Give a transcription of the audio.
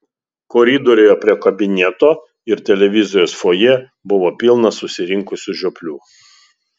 koridoriuje prie kabineto ir televizijos fojė buvo pilna susirinkusių žioplių